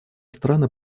страны